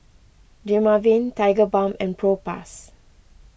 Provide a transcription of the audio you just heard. Dermaveen Tigerbalm and Propass